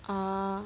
uh